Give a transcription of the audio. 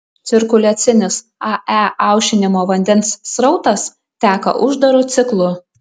cirkuliacinis ae aušinimo vandens srautas teka uždaru ciklu